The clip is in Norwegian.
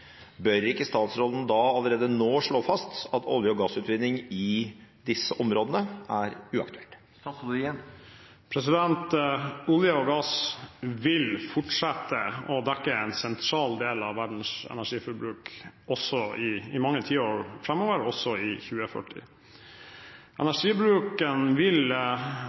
Bør ikke statsråden allerede nå slå fast at olje- og gassutvinning i disse områdene er uaktuelt?» Olje og gass vil fortsatt dekke en sentral del av verdens energibruk i mange tiår framover, også i 2040. Energibruken vil